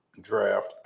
draft